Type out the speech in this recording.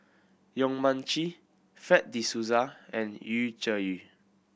Yong Mun Chee Fred De Souza and Yu Zhuye